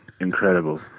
Incredible